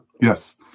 Yes